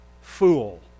fool